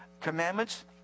commandments